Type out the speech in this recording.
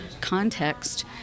context